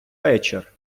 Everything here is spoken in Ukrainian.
вечір